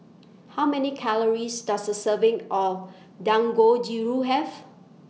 How Many Calories Does A Serving of Dangojiru Have